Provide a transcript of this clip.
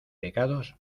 pecados